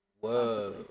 Whoa